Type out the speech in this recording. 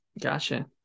Gotcha